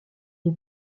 des